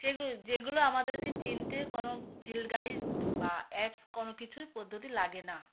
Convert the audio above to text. সেগুলো যেগুলো আমাদেরকে চিনতে কোনো ফিল্ড গাইড বা অ্যাপস কোনো কিছুই পদ্ধতি লাগে না